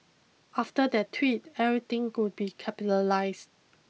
after that tweet everything would be capitalised